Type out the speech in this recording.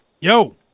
Yo